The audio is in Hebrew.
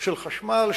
של חשמל,